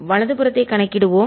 வலது புறத்தை கணக்கிடுவோம்